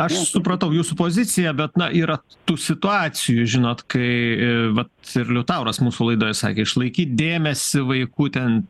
aš supratau jūsų poziciją bet na yra tų situacijų žinot kai ė vat ir liutauras mūsų laidoje sakė išlaikyt dėmesį vaikų ten